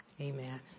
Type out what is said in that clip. amen